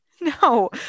No